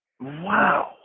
Wow